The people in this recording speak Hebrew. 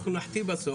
אנחנו נחטיא בסוף,